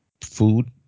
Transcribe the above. food